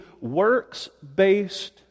works-based